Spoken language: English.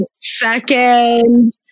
second